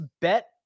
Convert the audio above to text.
bet